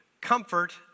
comfort